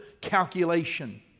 calculation